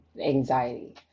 anxiety